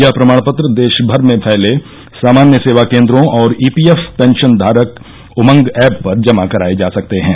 यह प्रमाण पत्र देशभर में फैले सामान्य सेवा केन्द्रों और ईपीएफ पेंशन धारक उमंग ऐप पर जमा कराए जा सकते हैं